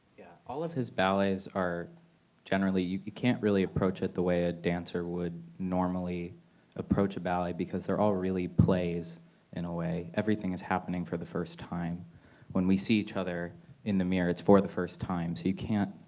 all of his ballets are generally you you can't really approach it the way a dancer would normally approach a ballet because they're all really plays in a way everything is happening for the first time when we see each other in the mirror it's for the first time so you can't